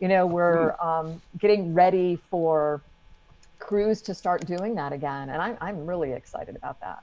you know, we're um getting ready for crews to start doing that again. and i'm i'm really excited about that.